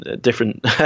different